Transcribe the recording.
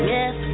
Yes